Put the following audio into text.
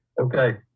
Okay